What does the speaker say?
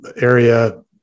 area